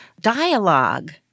dialogue